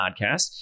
podcast